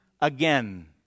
again